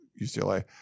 UCLA